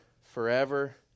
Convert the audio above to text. forever